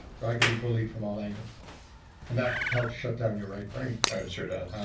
so i could be bullied from all angles and that helps shut down your right brain oh, it sure does.